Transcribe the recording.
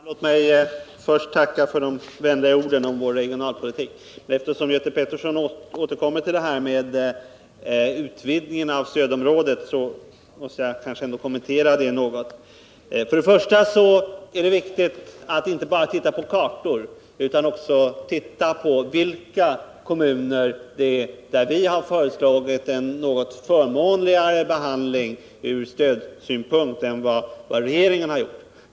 Herr talman! Låt mig först tacka för de vänliga orden om vår regionalpolitik. Eftersom Göte Pettersson återkommer till en utvidgning av stödområdet, måste jag kanske något kommentera detta. Det är viktigt att inte bara titta på kartor utan att också se över de kommuner i fråga om vilka vi har föreslagit en något förmånligare behandling från stödsynpunkt än vad regeringen har gjort.